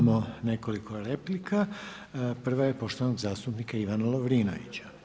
Imao nekoliko replika, prva je poštovanog zastupnika Ivana Lovrinovića.